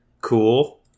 cool